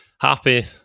happy